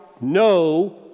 no